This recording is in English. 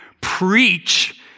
preach